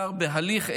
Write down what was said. שמדובר בהליך אזרחי,